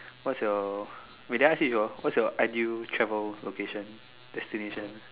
what's your wait did I ask you this before where's your ideal travel location destination